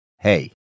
Hey